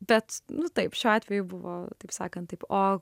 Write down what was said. bet nu taip šiuo atveju buvo taip sakant taip o